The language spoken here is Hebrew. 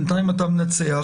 בינתיים אתה מנצח.